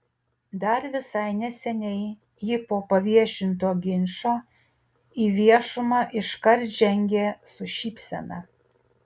dar visai neseniai ji po paviešinto ginčo į viešumą iškart žengė su šypsena